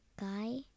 guy